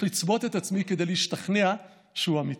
לצבוט את עצמי כדי להשתכנע שהוא אמיתי.